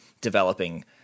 developing